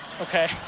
okay